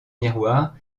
miroir